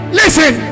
listen